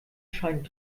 scheint